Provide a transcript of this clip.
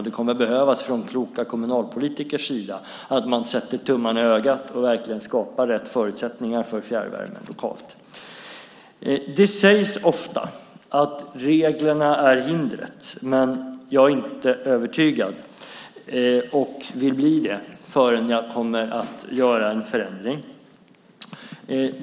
Det kommer att behövas att kloka kommunalpolitiker sätter tummen i ögat och verkligen skapar rätt förutsättningar för fjärrvärme lokalt. Det sägs ofta att reglerna är hindret, men jag är inte övertygad, och jag vill bli det innan jag gör någon förändring.